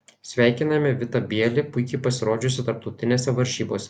sveikiname vitą bielį puikiai pasirodžiusį tarptautinėse varžybose